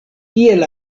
iel